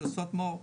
לעשות מור.